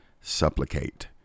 supplicate